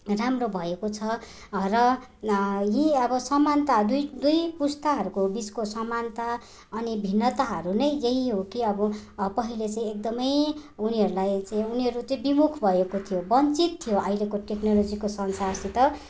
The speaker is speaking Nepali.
राम्रो भएको छ र यी अब समानता दुई दुई पुस्ताहरूको बिचको समानता अनि भिन्नताहरू नै यही हो कि अब पहिले चाहिँ एकदमै उनीहरूलाई चाहिँ उनीहरू चाहिँ विमुख भएको थियो वञ्चित थियो अहिलेको टेक्नोलोजीको संसारसित